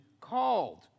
called